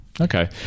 Okay